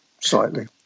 slightly